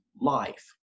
life